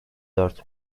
dört